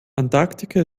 antarktika